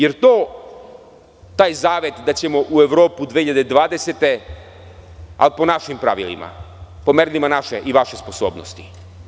Da li je to taj zavet da ćemo u Evropu 2020. godine, ali po našim pravilima, po merilima naše i vaše sposobnosti?